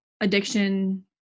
addiction